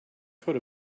coat